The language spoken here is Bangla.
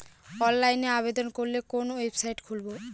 অনলাইনে আবেদন করলে কোন ওয়েবসাইট খুলব?